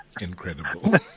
incredible